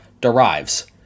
derives